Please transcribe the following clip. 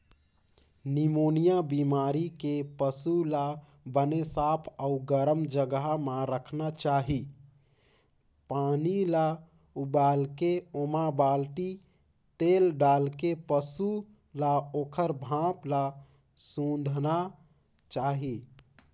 pneumonia बेमारी के पसू ल बने साफ अउ गरम जघा म राखना चाही, पानी ल उबालके ओमा माटी तेल डालके पसू ल ओखर भाप ल सूंधाना चाही